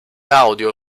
audio